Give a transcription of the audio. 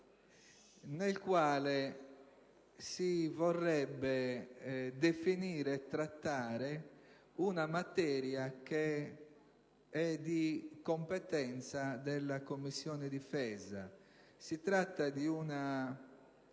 11-*bis* per definire e trattare una materia che è di competenza della Commissione difesa. Si tratta di una